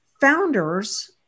founders